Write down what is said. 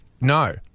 No